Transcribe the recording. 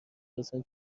ازم